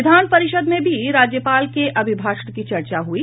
विधान परिषद् में भी राज्यपाल के अभिभाषण पर चर्चा हुई